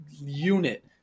unit